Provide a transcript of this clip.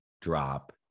drop